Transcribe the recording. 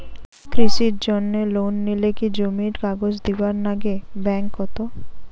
কৃষির জন্যে লোন নিলে কি জমির কাগজ দিবার নাগে ব্যাংক ওত?